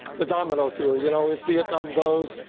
the domino theory, you know, if vietnam goes,